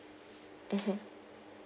mmhmm